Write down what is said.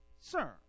Sir